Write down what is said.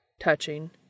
touching